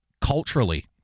culturally